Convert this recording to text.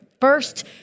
first